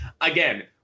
again